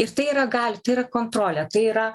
ir tai yra galia tai yra kontrolė tai yra